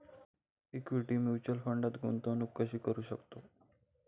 Equity mutual फंडात गुंतवणूक कशी करू शकतो?